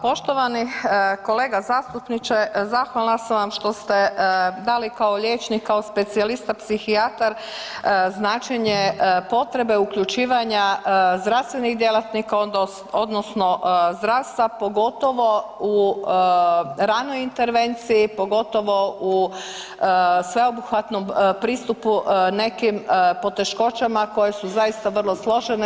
Poštovani kolega zastupniče, zahvalna sam vam što ste dali kao liječnik, kao specijalista psihijatar, značenje potrebe uključivanja zdravstvenih djelatnika odnosno zdravstva, pogotovo u ranoj intervenciji, pogotovo u sveobuhvatnom pristupu nekim poteškoćama koje su zaista vrlo složene.